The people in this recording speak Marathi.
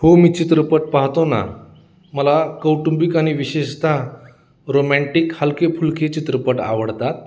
हो मी चित्रपट पाहतो ना मला कौटुंबिक आणि विशेषताः रोमॅनटिक हलके फुलके चित्रपट आवडतात